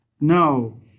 no